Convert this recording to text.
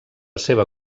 seva